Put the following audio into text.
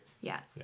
yes